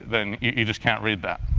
then you just can't read that.